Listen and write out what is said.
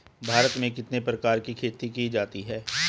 भारत में कितने प्रकार की खेती की जाती हैं?